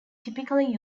typically